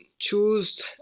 choose